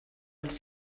els